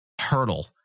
hurdle